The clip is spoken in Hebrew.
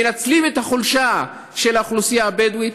מנצלים את החולשה של האוכלוסייה הבדואית,